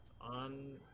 on